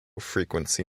frequency